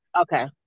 Okay